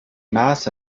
mass